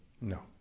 No